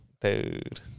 Dude